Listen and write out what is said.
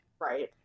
Right